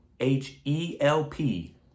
H-E-L-P